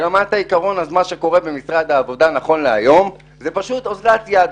ברמת העיקרון אז מה שקורה במשרד העבודה נכון להיום זה פשוט אוזלת יד.